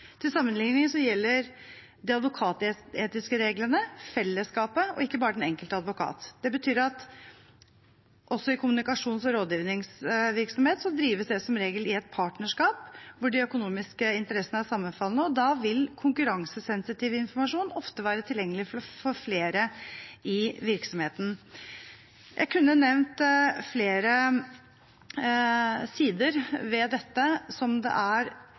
Til sammenlikning gjelder de advokatetiske reglene fellesskapet – og ikke bare den enkelte advokat. Også kommunikasjons- og rådgivningsvirksomhet drives som regel i et partnerskap hvor de økonomiske interessene er sammenfallende, og da vil konkurransesensitiv informasjon ofte være tilgjengelig for flere i virksomheten. Jeg kunne nevnt flere sider ved dette som det vil reises tvilsspørsmål om, og hvor det er